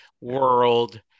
world